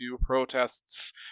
protests